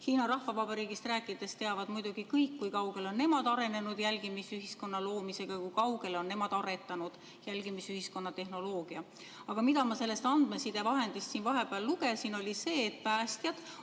Hiina Rahvavabariigist rääkides, muidugi kõik teavad, kui kaugele on nemad arenenud jälgimisühiskonna loomisega, kui kaugele on nemad aretanud jälgimisühiskonna tehnoloogia. Aga see, mida ma sellest andmesidevahendist siin vahepeal lugesin, oli, et päästjad